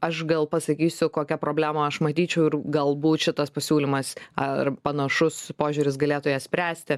aš gal pasakysiu kokia problemą aš matyčiau ir galbūt šitas pasiūlymas ar panašus požiūris galėtų ją spręsti